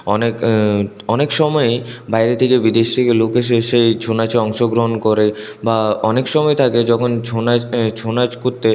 অনেক অনেক সময়েই বাইরে থেকে বিদেশ থেকে লোক এসে এসে এই ছৌ নাচে অংশগ্রহণ করে বা অনেক সময় থাকে যখন ছৌ নাচ ছৌ নাচ করতে